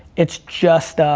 it's just,